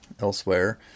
elsewhere